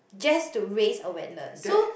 just to raise awareness so